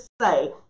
say